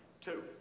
Two